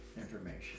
information